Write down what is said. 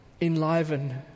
enliven